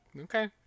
Okay